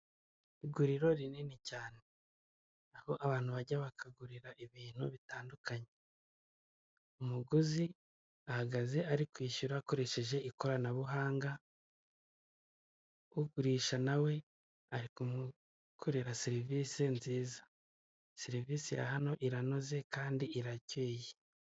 Aha ngaha hari umuhanda mwiza cyane uri kugendamo iki nyabiziga, pikipiki imenyerewe cyane mu gutwara imizigo cyane cyane ibicuruzwa bikura ku masoko ibijyana ahandi ni ipikipiki ifite ibara ry'ubururu uyu muhanda kandi ukikijwe n'ibiti byiza cyane ndetse n'amatara amuririka ibinyabiziga kumuhanda mugihe cya n’ ijoro.